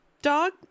dog